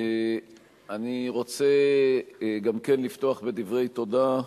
אני רוצה גם כן לפתוח בדברי תודה,